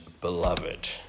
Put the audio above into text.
beloved